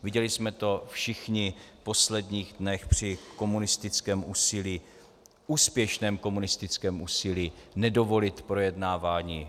Viděli jsme to všichni v posledních dnech při komunistickém úsilí úspěšném komunistickém úsilí nedovolit projednávání kauzy novičok.